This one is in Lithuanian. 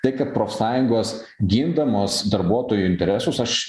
tai kad profsąjungos gindamos darbuotojų interesus aš